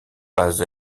pas